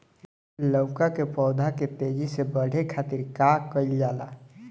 लउका के पौधा के तेजी से बढ़े खातीर का कइल जाला?